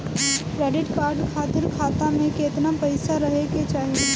Credit card खातिर खाता में केतना पइसा रहे के चाही?